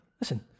listen